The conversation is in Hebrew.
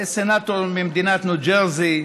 סנטור ממדינת ניו ג'רזי,